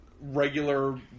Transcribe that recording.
regular